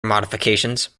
modifications